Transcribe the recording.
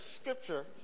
scripture